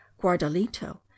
guardalito